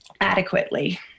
adequately